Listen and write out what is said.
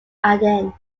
aden